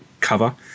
cover